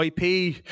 ip